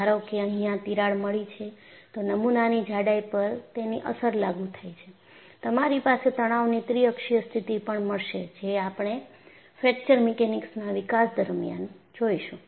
ધારો કે અહિયાં તિરાડ મળી છે તો નમુનાની જાડાઈ પર તેની અસર લાગુ થાય છે તમારી પાસે તણાવની ત્રિઅક્ષીય સ્થિતિ પણ મળશે જે આપણે ફ્રેકચર મિકેનિક્સ ના વિકાસ દરમિયાન જોઈશું